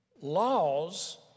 laws